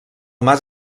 mas